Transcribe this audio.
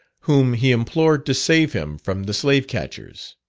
whom he implored to save him from the slave-catchers.